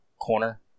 corner